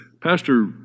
Pastor